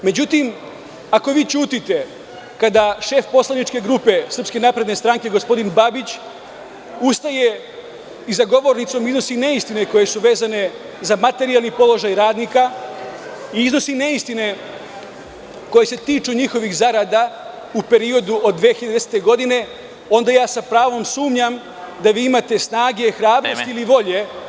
Međutim, ako vi ćutite kada šef poslaničke grupe SNS, gospodin Babić, ustaje i za govornicom iznosi neistine koje su vezane za materijalni položaj radnika i iznosi neistine koje se tiču njihovih zarada u periodu od 2010. godine, onda ja sa pravom sumnjam da vi imate snage, hrabrosti ili volje…